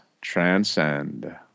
transcend